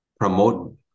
promote